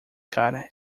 cara